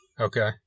Okay